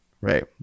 right